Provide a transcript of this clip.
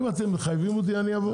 אם אתם מחייבים אותי, אני אבוא.